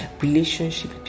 relationship